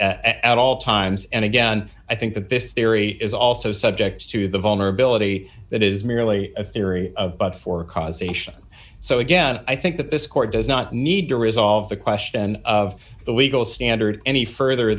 at all times and again i think that this theory is also subject to the vulnerability that is merely a theory but for causation so again i think that this court does not need to resolve the question of the legal standard any further